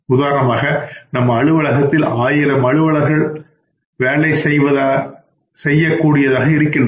உதாரணமாக நமது அலுவலகத்தில் ஆயிரம் அலுவலர்கள் வேலை செய்யக் கூடியதாக இருக்கின்றது